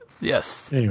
Yes